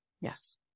Yes